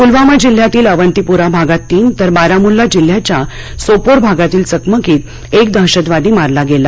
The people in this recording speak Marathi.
प्लवामा जिल्ह्यातील अवंतीप्रा भागात तीन तर बारामुल्ला जिल्ह्याच्या सोपोर भागातील चकमकीत एक दहशतवादी मारला गेला